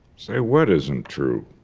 say what isn't true?